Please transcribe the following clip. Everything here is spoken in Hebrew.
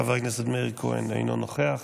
חבר הכנסת מאיר כהן, אינו נוכח,